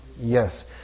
Yes